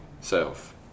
self